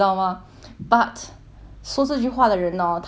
说这句话的人 orh 他已经买了很多 lipstick liao